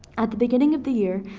at the beginning of the year,